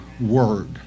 word